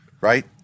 right